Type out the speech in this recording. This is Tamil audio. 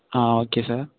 ah okay sir